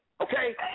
okay